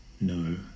no